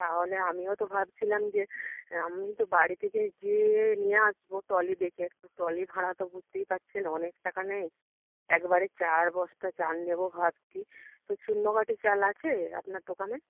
তাহলে আমিও তো ভাবছিলাম যে আমি কিন্তু বাড়ি থেকে গিয়ে নিয়ে আসবো ট্রলি দেখে ট্রলি ভাড়া তো বুঝতেই পারছেন অনেক টাকা নেয় একবারে চার বস্তা চাল নেবো ভাবছি তা চূর্ণকাঠি চাল আছে আপনার দোকানে